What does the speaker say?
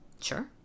Sure